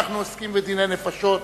אנחנו עוסקים בדיני נפשות.